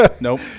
nope